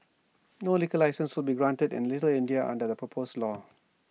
no liquor licences will be granted in little India under the proposed law